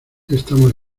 estamos